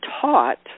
taught